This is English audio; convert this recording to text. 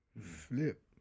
Flip